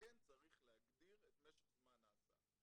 שכן צריך להגדיר את משך זמן ההסעה.